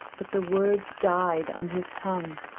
but the words died on his tongue.